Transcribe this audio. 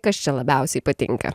kas čia labiausiai patinka